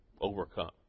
overcome